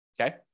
Okay